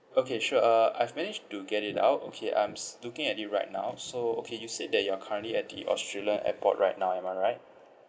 okay sure uh I've managed to get it out okay I'm s~ looking at it right now so okay you said that you are currently at the australian airport right now am I right